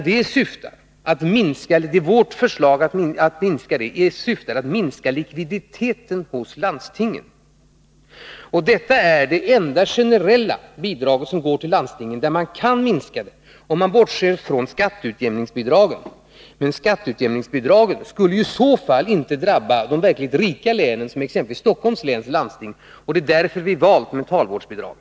Vårt förslag att minska detta bidrag syftar till att minska likviditeten hos landstingen. Mentalvårdsbidraget är det enda generella bidrag som går till landstingen och som man kan minska, om man bortser från skatteutjämningsbidraget. Men en sänkning av skatteutjämningsbidraget skulle inte drabba de verkligt rika länen, som exempelvis Stockholms läns landsting. Det är därför som vi har valt mentalvårdsbidraget.